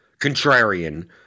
contrarian